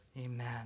Amen